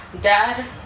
Dad